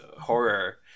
horror